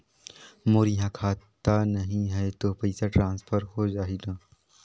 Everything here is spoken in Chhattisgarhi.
मोर इहां खाता नहीं है तो पइसा ट्रांसफर हो जाही न?